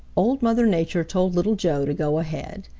old mother nature told little joe to go ahead.